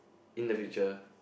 in the future